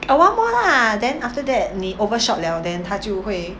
awhile more lah then after that 你 overshot liao then 她就会